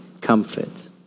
comfort